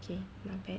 K not bad